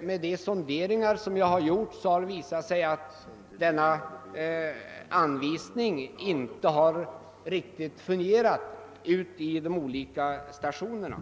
Vid de sonderingar jag har gjort har det visat sig att denna anvisning inte riktigt fungerat på alla stationer.